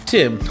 Tim